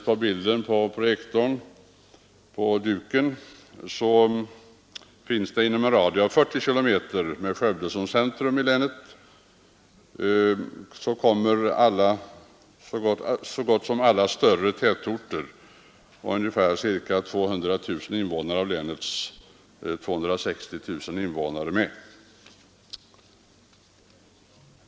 Av bilden framgår att inom en radie på 40 kilometer med Skövde i centrum ligger så gott som alla större tätorter och bor ca 200 000 av länets ca 260 000 invånare.